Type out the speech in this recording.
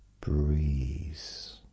breeze